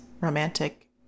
romantic